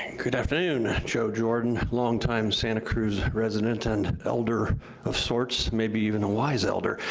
good afternoon. joe jordan, long time santa cruz resident and elder of sorts, maybe even a wise elder.